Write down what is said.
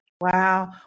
Wow